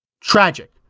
Tragic